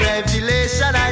Revelation